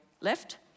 left